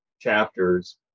chapters